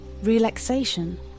relaxation